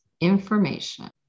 information